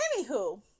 Anywho